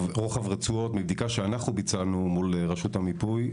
מבדיקה שאנחנו ביצענו מול רשות המיפוי,